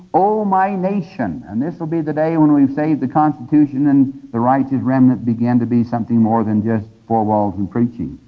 o my nation, and this will be the day when we've saved the constitution and the righteous remnant begin to be something more than just four walls and preaching.